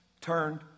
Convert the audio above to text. turned